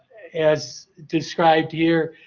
as described here.